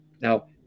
Now